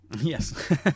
Yes